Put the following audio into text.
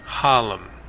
Harlem